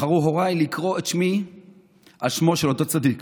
בחרו הוריי לקרוא את שמי על שמו של אותו צדיק,